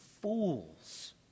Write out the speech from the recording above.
fools